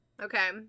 Okay